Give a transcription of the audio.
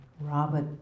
Robert